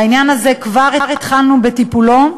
העניין הזה, כבר התחלנו בטיפול בו,